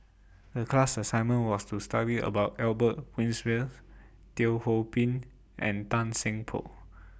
The class assignment was to study about Albert Winsemius Teo Ho Pin and Tan Seng Poh